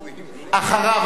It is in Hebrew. אחריו,